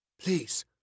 Please